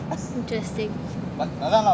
interesting